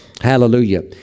Hallelujah